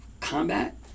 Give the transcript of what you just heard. combat